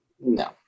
no